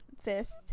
Fist